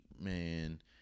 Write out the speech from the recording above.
man